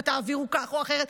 ותעבירו כך או אחרת,